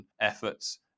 efforts